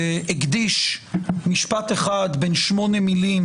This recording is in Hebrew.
הקדיש משפט אחד בן שמונה מילים,